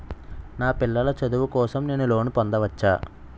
నా పిల్లల చదువు కోసం నేను లోన్ పొందవచ్చా?